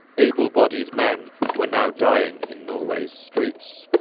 able-bodied men were now dying in norway's streets.